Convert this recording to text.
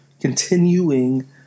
continuing